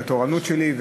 בתורנות שלי,